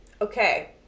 Okay